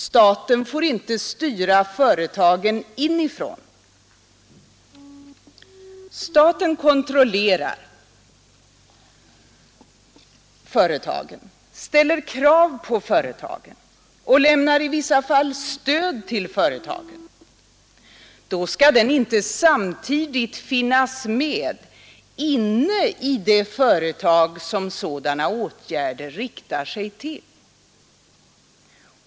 Staten får inte styra företagen inifrån.” Staten kontrollerar företagen, ställer krav på företagen och lämnar i vissa fall stöd till företagen. Då skall den inte samtidigt finnas med inne i det företag som sådana åtgärder riktar sig till.